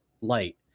light